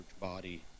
body